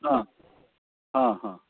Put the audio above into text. हँ हँ हँ